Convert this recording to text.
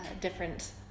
different